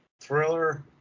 thriller